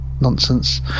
Nonsense